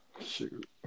Shoot